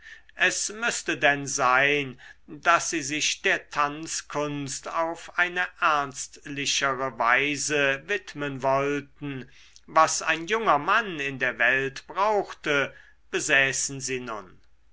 es müßte denn sein daß sie sich der tanzkunst auf eine ernstlichere weise widmen wollten was ein junger mann in der welt brauchte besäßen sie nun